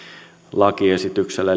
lakiesityksellä